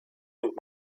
und